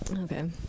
Okay